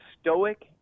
stoic